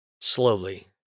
Slowly